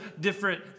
different